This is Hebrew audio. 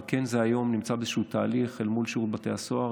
אבל זה כן נמצא היום באיזשהו תהליך אל מול שירות בתי הסוהר.